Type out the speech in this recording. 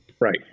right